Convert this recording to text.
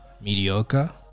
mediocre